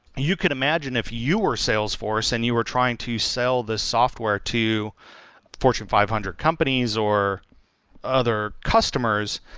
you could imagine if you were salesforce and you were trying to sell this software to fortune five hundred companies or other customers,